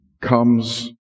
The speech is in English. comes